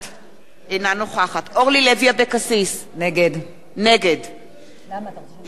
אינה נוכחת אורלי לוי אבקסיס, נגד יריב לוין,